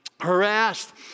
harassed